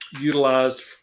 utilized